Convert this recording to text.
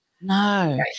No